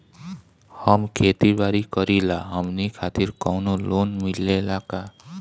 हम खेती बारी करिला हमनि खातिर कउनो लोन मिले ला का?